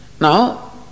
Now